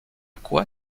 quoi